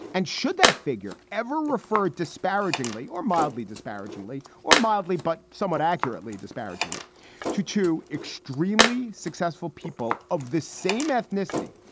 and should that figure ever referred disparagingly or mildly, disparagingly or mildly, but somewhat accurately, disparagingly to two extremely successful people of the same ethnicity?